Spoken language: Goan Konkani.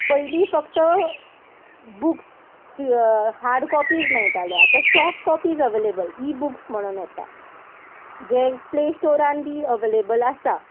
पयलीं फक्त बुक्स हार्ड कॉपीज मेळटाले आतां soft copies available e books म्हणून येता जे प्ले स्टोरान बी अवेलेबल आसा